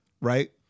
right